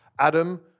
Adam